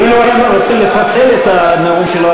אילו היה רוצה לפצל את הנאום שלו,